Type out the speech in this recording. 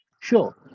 Sure